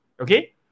okay